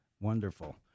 Wonderful